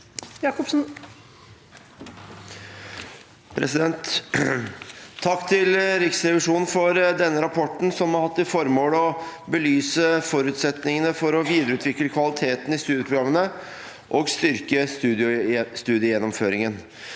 Takk til Riksrevisjonen for denne rapporten, som har hatt til formål å belyse forutsetningene for å videreutvikle kvaliteten i studieprogrammene og styrke studiegjennomføringen.